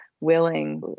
Willing